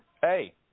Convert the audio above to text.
Hey